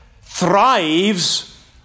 thrives